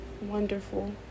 wonderful